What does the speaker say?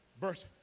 Verse